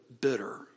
bitter